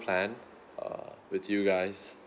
plan uh with you guys